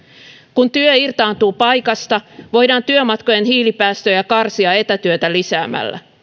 kun työ irtaantuu paikasta voidaan työmatkojen hiilipäästöjä karsia etätyötä lisäämällä